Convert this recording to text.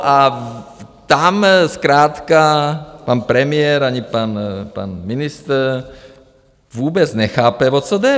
A tam zkrátka pan premiér ani pan ministr vůbec nechápe, o co jde.